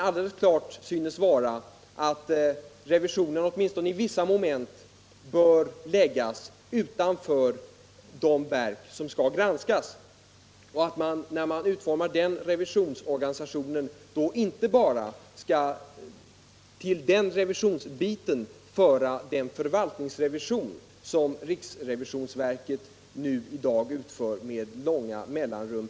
Alldeles klart synes emellertid vara att revisionen åtminstone i vissa moment bör läggas utanför det verk som skall granskas och att man vid utformandet av en ny revisionsorganisation inte bara bör ta med i sammanhanget den förvaltningsrevision som riksrevisionsverket i dag utför med tidsmässigt långa mellanrum.